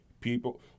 people